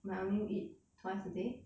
eat twice a day